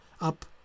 up